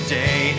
day